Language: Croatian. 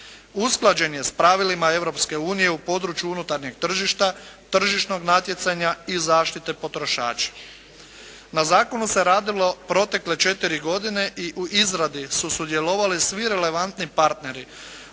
usklađen je s pravilima Europske unije u području unutarnjeg tržišta, tržišnog natjecanja i zaštite potrošača. Na zakonu se radilo protekle četiri godine i u izradi su sudjelovali svi relevantni partneri